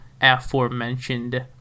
aforementioned